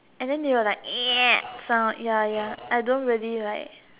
and then there were like sound ya ya I don't really like